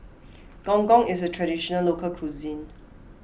Gong Gong is a Traditional Local Cuisine